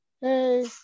Hey